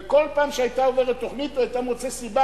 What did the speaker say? וכל פעם שהיתה עוברת תוכנית היה מוצא סיבה